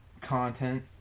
content